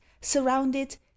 surrounded